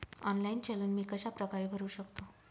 Online challan मी कशाप्रकारे भरु शकतो?